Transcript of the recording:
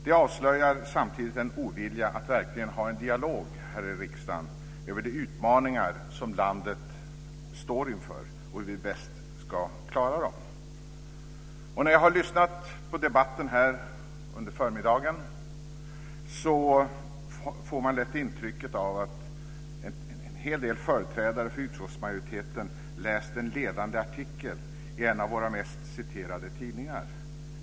Det avslöjar samtidigt en ovilja att verkligen ha en dialog här i riksdagen om de utmaningar som landet står inför och hur vi bäst ska klara dessa. När man lyssnar på debatten här under förmiddagen får man lätt intrycket att en hel del företrädare för utskottsmajoriteten har läst en ledande artikel i en av våra mest citerade tidningar.